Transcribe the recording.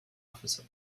officer